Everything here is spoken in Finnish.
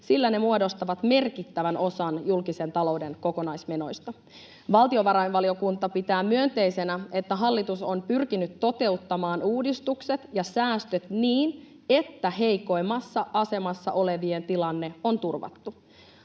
sillä ne muodostavat merkittävän osan julkisen talouden kokonaismenoista. Valtiovarainvaliokunta pitää myönteisenä, että hallitus on pyrkinyt toteuttamaan uudistukset ja säästöt niin, että heikoimmassa asemassa olevien tilanne on turvattu.